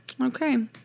Okay